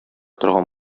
торган